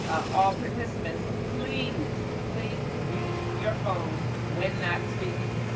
all participants, please, please mute your phones when not speaking,